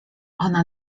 ona